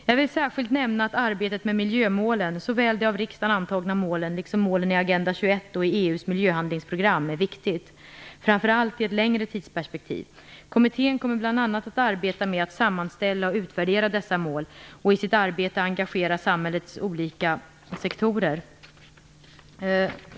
Jag vill särskilt nämna att arbetet med med miljömålen, såväl de av riksdagen antagna målen liksom målen i Agenda 21 och i EU:s miljöhandlingsprogram, är viktigt, framför allt i ett längre tidsperspektiv. Kommittén kommer bl.a. att arbeta med att sammanställa och utvärdera dessa mål och i sitt arbete engagera samhällets olika sektorer.